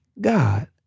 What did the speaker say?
God